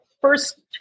first